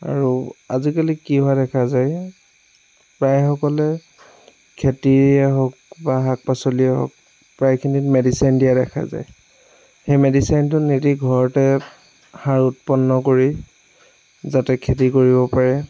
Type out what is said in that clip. আৰু আজি কালি কি হোৱা দেখা যায় প্ৰায়সকলে খেতিয়ে হওক বা শাক পাচলিয়ে হওক প্ৰায়খিনিত মেডিচিন দিয়া দেখা যায় সেই মেডিচিনটো নিদি ঘৰতে সাৰ উৎপন্ন কৰি যাতে খেতি কৰিব পাৰে